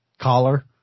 collar